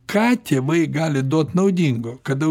ką tėvai gali duot naudingo kada